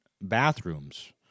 bathrooms